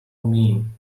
mean